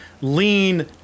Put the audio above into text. lean